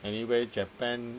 anyway japan